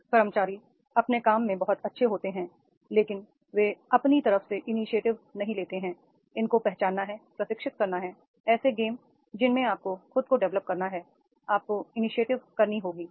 कुछ कर्मचारी अपने काम में बहुत अच्छे होते हैं लेकिन वे अपनी तरफ से इनीशिएटिव नहीं लेते हैं इन को पहचानना है प्रशिक्षित करना हैI ऐसे गेम्स जिनमें आपको खुद को डेवलप करना है आपको इनीशिएटिव करनी होगी